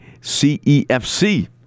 CEFC